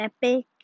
Epic